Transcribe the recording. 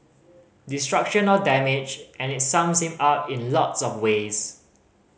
destruction or damage and it sums him up in lots of ways